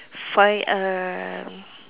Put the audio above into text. find um